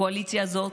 הקואליציה הזאת,